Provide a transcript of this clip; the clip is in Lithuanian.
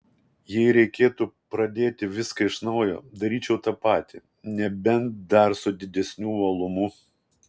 jei reikėtų pradėti viską iš naujo daryčiau tą patį nebent dar su didesniu uolumu